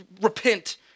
repent